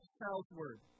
southward